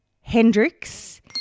Hendrix